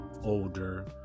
older